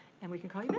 and we can call you bin,